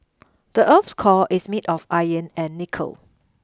the earth's core is made of iron and nickel